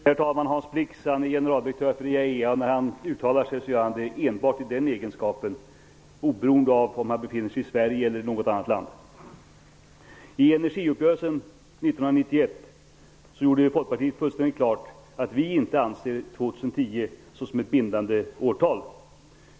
Herr talman! Hans Blix är generaldirektör för IAEA. När han uttalar sig gör han det enbart i den egenskapen, oberoende om han befinner sig i Sverige eller i något annat land. I energiuppgörelsen 1991 gjorde vi i Folkpartiet fullständigt klart att vi inte anser 2010 såsom ett bindande årtal.